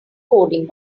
coding